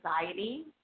anxiety